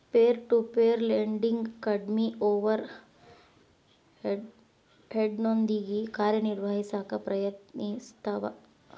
peer to peer lending ಕಡ್ಮಿ over ಹೆಡ್ನೊಂದಿಗಿ ಕಾರ್ಯನಿರ್ವಹಿಸಕ ಪ್ರಯತ್ನಿಸ್ತವ